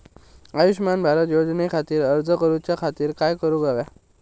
आयुष्यमान भारत योजने खातिर अर्ज करूच्या खातिर काय करुक होया?